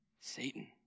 Satan